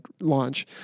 launch